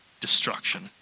destruction